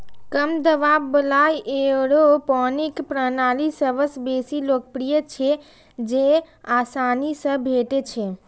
कम दबाव बला एयरोपोनिक प्रणाली सबसं बेसी लोकप्रिय छै, जेआसानी सं भेटै छै